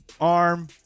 arm